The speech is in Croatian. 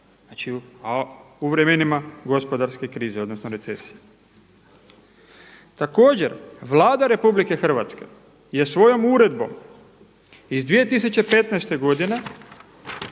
Znači, a u vremenima gospodarske krize, odnosno recesije. Također, Vlada RH je svojom uredbom iz 2015. godine